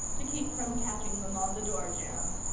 to keep from catching them on the door-jamb.